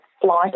flight